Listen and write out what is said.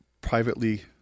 privately